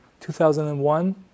2001